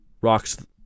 Rocks